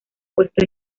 puesto